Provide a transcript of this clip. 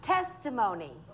Testimony